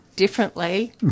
Differently